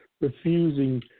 refusing